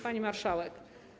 Pani Marszałek!